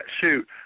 shoot